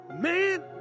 man